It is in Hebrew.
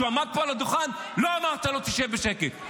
כשהוא עמד פה על הדוכן לא אמרת לו "תשב בשקט".